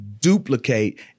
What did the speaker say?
duplicate